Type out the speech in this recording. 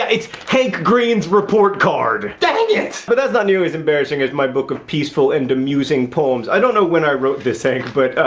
it's hank green's report card! dangit! but that's not nearly as embarrassing as my book of peaceful and amusing poems. i don't know when i wrote this, hank, but,